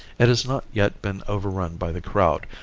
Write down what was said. it has not yet been overrun by the crowd,